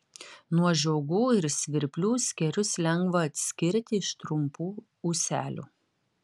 nuo žiogų ir svirplių skėrius lengva atskirti iš trumpų ūselių